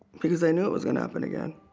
because i knew it was gonna happen again